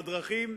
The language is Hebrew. בדרכים,